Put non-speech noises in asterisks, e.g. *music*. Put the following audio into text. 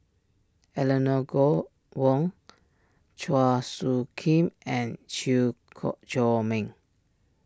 Eleanor go Wong Chua Soo Khim and Chew *unintelligible* Chor Meng